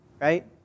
right